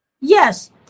Yes